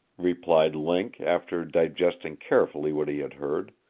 replied link, after digesting carefully what he had heard.